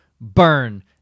burn